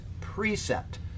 precept